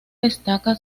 destaca